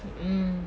mm